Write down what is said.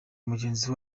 mugenzi